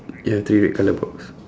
ya three red colour box